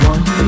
One